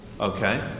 Okay